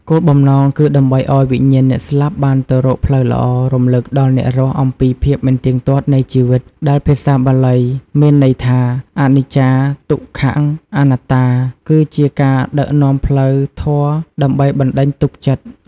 គោលបំណងគឺដើម្បីឲ្យវិញ្ញាណអ្នកស្លាប់បានទៅរកផ្លូវល្អ រំលឹកដល់អ្នករស់អំពីភាពមិនទៀងទាត់នៃជីវិត ដែលភាសាបាលីមានន័យថា អនិច្ចា ទុក្ខ អនត្តា និងជាការដឹកនាំផ្លូវធម៌ដើម្បីបណ្ដេញទុក្ខចិត្ត។